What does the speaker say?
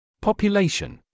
population